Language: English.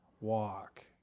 walk